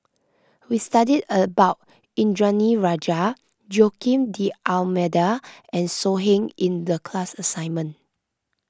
we studied about Indranee Rajah Joaquim D'Almeida and So Heng in the class assignment